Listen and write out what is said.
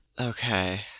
Okay